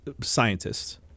scientists